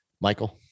Michael